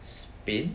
spain